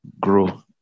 grow